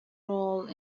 role